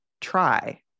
try